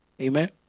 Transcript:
Amen